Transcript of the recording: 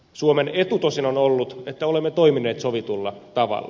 suomen etu tosin on ollut että olemme toimineet sovitulla tavalla